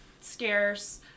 scarce